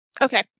okay